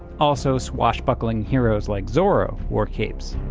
also swashbuckling heroes like zorro wore capes.